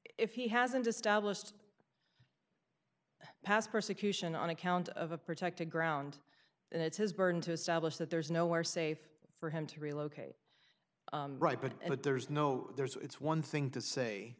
if he hasn't established past persecution on account of a protected ground it's his burden to establish that there's nowhere safe for him to relocate right but but there's no there's it's one thing to say